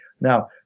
now